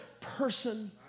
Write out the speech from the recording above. person